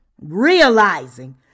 realizing